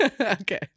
okay